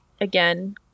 again